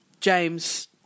James